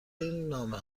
نامه